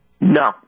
No